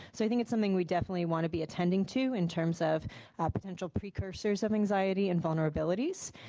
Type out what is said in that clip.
so i think it's something we definitely want to be attending to in terms of ah potential precursors of anxiety and vulnerabilities.